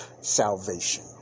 salvation